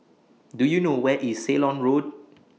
Do YOU know Where IS Ceylon Road